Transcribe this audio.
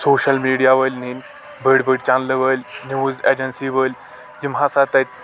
social media وألۍ نِنۍ بڑۍ بٔڑۍ چنلہِ وألۍ نیوٗز اجنسی وألۍ یِم ہسا تَتہِ